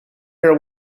are